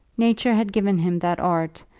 nature had given him that art,